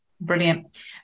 Brilliant